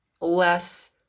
less